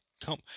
come